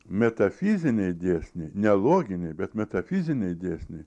metafiziniai dėsniai ne loginiai bet metafiziniai dėsniai